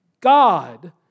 God